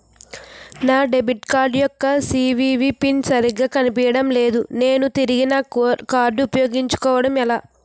నా debit card యెక్క CVV PIN సరిగా కనిపించడం లేదు నేను తిరిగి నా కార్డ్ఉ పయోగించుకోవడం ఎలా?